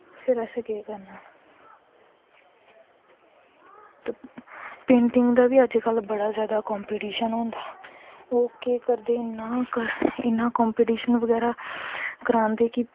फिर असैं केह् करना हा पेंटिंग दा बी अज्ज कल बड़ा कंपिटिशन होंदा ओह् केह् करदे इन्नां केपिटिशन बगैरा करांदे कि